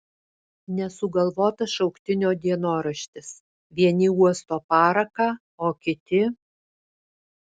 nesugalvotas šauktinio dienoraštis vieni uosto paraką o kiti